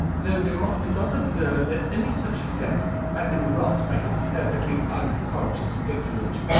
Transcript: though demotte did not observe that any such effect had been wrought by his perfectly unconscious patronage.